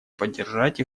поддержать